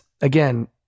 again